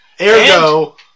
Ergo